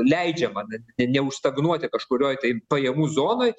leidžiama netgi neužstagnuoti kažkurioj tai pajamų zonoj